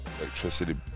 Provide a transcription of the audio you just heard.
electricity